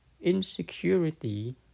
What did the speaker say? insecurity